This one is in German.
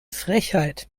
frechheit